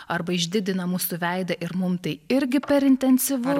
arba išdidina mūsų veidą ir mums tai irgi per intensyvus